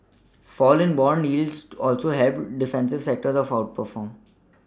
a fall in bond yields also helped defensive sectors outperform